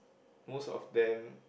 most of them